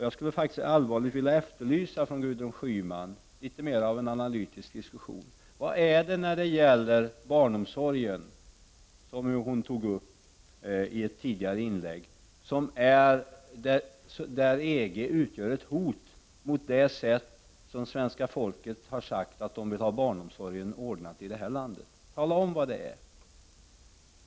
Jag skulle faktiskt allvarligt vilja efterlysa litet mer av en analytisk diskussion från Gudrun Schyman. Var inom barnomsorgen, som hon tog upp i ett tidigare inlägg, utgör EG ett hot mot det sätt som svenska folket har sagt att de vill ha barnomsorgen ordnad på i sitt land? Tala om vad det är.